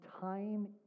time